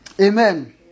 Amen